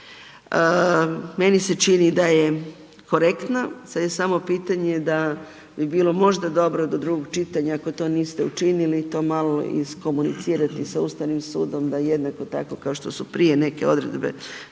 meni se čini da je korektna, sad je samo pitanje da bi bilo možda da do drugog čitanja ako to niste učinili, to malo iskomunicirati sa Ustavnim sudom da jednako tako kao što su prije neke odredbe